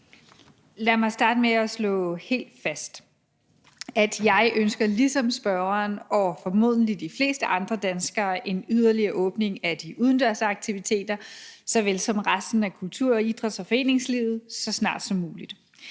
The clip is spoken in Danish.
Lad mig starte med at slå helt fast, at jeg ligesom spørgeren og formodentlig de fleste andre danskere ønsker en yderligere åbning af de udendørs aktiviteter såvel som resten af kultur-, idræts- og foreningslivet så snart som muligt.